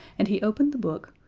and he opened the book,